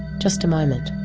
just a moment.